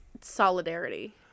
solidarity